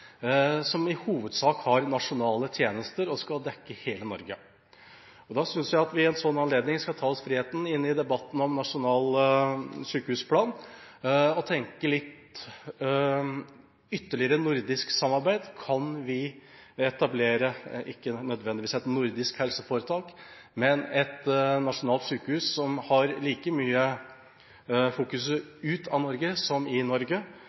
har i hovedsak nasjonale tjenester og skal dekke hele Norge. Da synes jeg at vi ved en slik anledning skal ta oss friheten – inne i debatten om nasjonal sykehusplan – å tenke litt ytterligere nordisk samarbeid. Kan vi etablere ikke nødvendigvis et nordisk helseforetak, men et nasjonalt sykehus som har et fokus like mye utenfor Norge som i Norge,